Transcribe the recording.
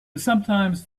sometimes